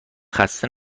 خسته